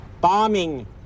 bombing